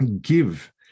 give